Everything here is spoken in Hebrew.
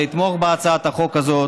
לתמוך בהצעת החוק הזאת